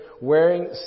Wearing